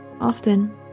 Often